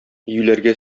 юләргә